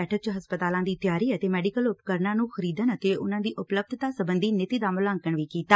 ਬੈਠਕ ਚ ਹਸਪਤਾਲਾਂ ਦੀ ਤਿਆਰੀ ਅਤੇ ਮੈਡੀਕਲ ਉਪਕਰਨਾਂ ਨੂੰ ਖਰੀਦਣ ਅਤੇ ਉਪਲੱਬਧਤਾ ਸਬੰਧੀ ਨੀਤੀ ਦਾ ਮੁਲਾਂਕਣ ਵੀ ਕੀਤਾ